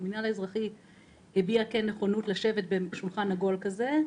המינהל האזרחי הביע נכונות לשבת בשולחן עגול כזה,